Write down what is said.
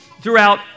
throughout